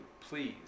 please